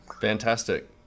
Fantastic